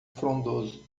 frondoso